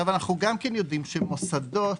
אנו גם יודעים שמוסדות